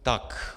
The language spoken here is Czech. Tak.